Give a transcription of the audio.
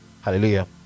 Hallelujah